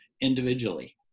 individually